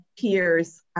peers